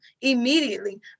immediately